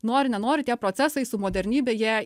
nori nenori tie procesai su modernybe jie